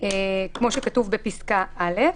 כמו שכתוב בפסקה (א).